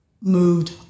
moved